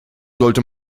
sollte